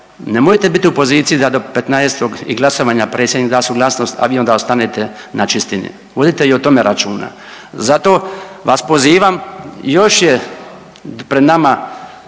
nemojte biti u poziciji do 15. i glasovanja Predsjednik da suglasnost, a vi onda ostanete na čistini. Vodite i o tome računa. Zato vas pozivam, još je pred nama